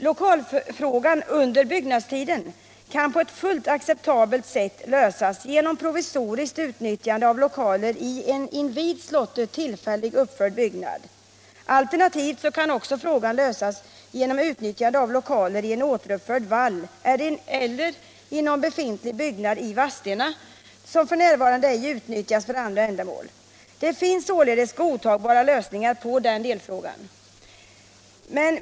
Lokalfrågan under byggnadstiden kan på ett fullt acceptabelt sätt lösas genom ett provisoriskt utnyttjande av lokaler i en invid slottet tillfälligt uppförd byggnad. Alternativt kan frågan lösas genom utnyttjande av lokaler i en återuppförd vall eller i någon befintlig byggnad i Vadstena, som f.n. ej utnyttjas för andra ändamål. Det finns således godtagbara lösningar på den delfrågan.